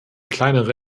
kleinere